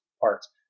parts